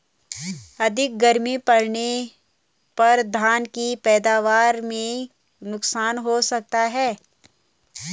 अधिक गर्मी पड़ने पर धान की पैदावार में नुकसान हो सकता है क्या?